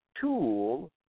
tool